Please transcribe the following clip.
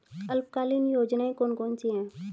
अल्पकालीन योजनाएं कौन कौन सी हैं?